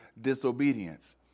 disobedience